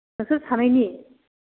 नोंसोर सानैनि